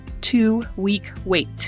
two-week-wait